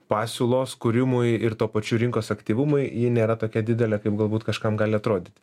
pasiūlos kūrimui ir tuo pačiu rinkos aktyvumui ji nėra tokia didelė kaip galbūt kažkam gali atrodyti